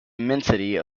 immensity